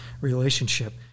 relationship